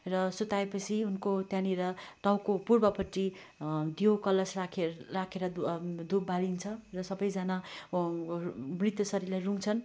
र सुताएपछि उनको त्यहाँ निर टाउको पूर्वपिट्ट दियो कलश राखे राखेर धुप बालिन्छ र सबैजना मृत शरीरलाई रुँग्छन्